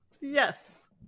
Yes